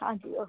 ਹਾਂਜੀ ਓਕੇ